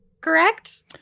Correct